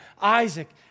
Isaac